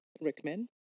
recommend